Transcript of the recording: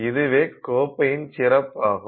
இதுவே கோப்பையின் சிறப்பாகும்